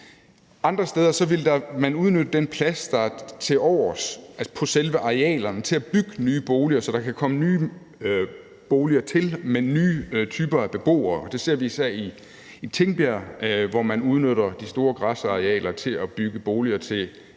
andre steder vil man udnytte den plads, der er tilovers på selve arealerne, til at bygge nye boliger, så der dermed også kommer nye typer af beboere. Det ser vi især i Tingbjerg, hvor man udnytter de store græsarealer til at bygge en anden type